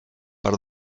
per